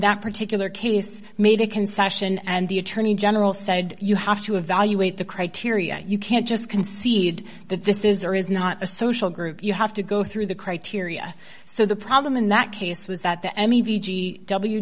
that particular case made a concession and the attorney general said you have to evaluate the criteria you can't just concede that this is or is not a social group you have to go through the criteria so the problem in that case was that the m